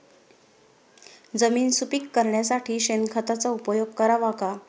जमीन सुपीक करण्यासाठी शेणखताचा उपयोग करावा का?